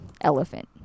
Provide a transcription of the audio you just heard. elephant